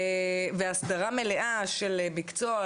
הסדרה מלאה של מקצוע,